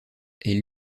est